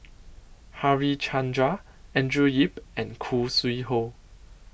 Harichandra Andrew Yip and Khoo Sui Hoe